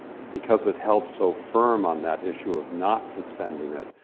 because it held so firm on that issue of not suspending it,